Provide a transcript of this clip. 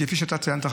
כפי שאתה ציינת,